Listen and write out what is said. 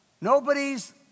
Nobody's